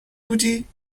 بودی